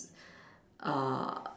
uh